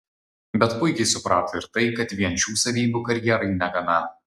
bet puikiai suprato ir tai kad vien šių savybių karjerai negana